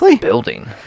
building